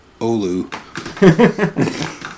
Olu